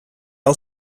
all